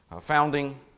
founding